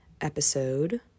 episode